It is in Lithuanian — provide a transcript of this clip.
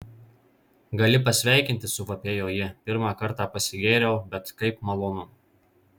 gali pasveikinti suvapėjo ji pirmą kartą pasigėriau bet kaip malonu